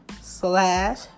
slash